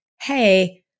hey